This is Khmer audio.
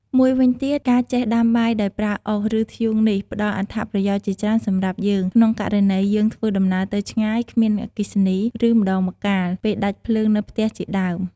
មួយវិញទៀត ការចេះដាំបាយដោយប្រើអុស ឬធ្យូងនេះ ផ្ដល់អត្ថប្រយោជន៍ជាច្រើនសម្រាប់យើង ក្នុងករណី យើងធ្វើដំណើរទៅឆ្ងាយ គ្មានអគ្គីសនី ឬ ម្ដងម្កាលពេលដាច់ភ្លើងនៅផ្ទះជាដើម។